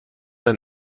ein